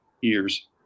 years